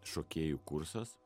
šokėjų kursas